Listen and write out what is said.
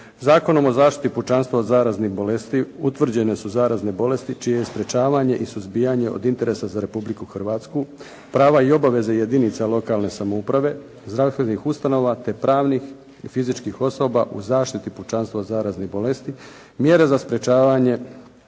Zakonom o zaštiti pučanstva od zaraznih bolesti utvrđen je … /Govornik se ne razumije./ … zaraznih bolesti čije je sprečavanje i suzbijanje od interesa za Republiku Hrvatsku, prava i obaveze jedinica lokalne samouprave, zdravstvenih ustanova, te pravnih i fizičkih osoba u zaštiti pučanstva od zaraznih bolesti, mjere za zaštitu